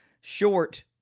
short